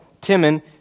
Timon